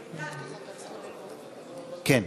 אם כן,